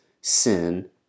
sin